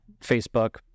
Facebook